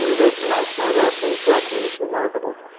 they pronounce my last name correctly. it's remarkable.